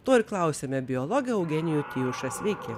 to ir klausiame biologą eugenijų tijušą sveiki